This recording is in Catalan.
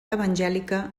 evangèlica